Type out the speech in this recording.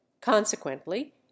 consequently